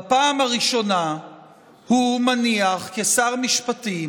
בפעם הראשונה הוא מניח, כשר משפטים,